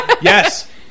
Yes